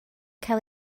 cael